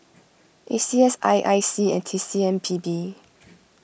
A C S I I C and T C M P B